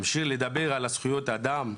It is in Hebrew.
להמשיך לדבר על זכויות אדם,